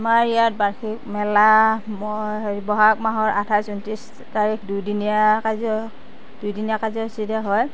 আমাৰ ইয়াত বাৰ্ষিক মেলা মই হেৰি বহাগ মাহৰ আঠাইছ ঊনত্ৰিছ তাৰিখ দুদিনীয়া কাৰ্য দুদিনীয়া কাৰ্যসূচীৰে হয়